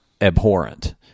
abhorrent